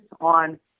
on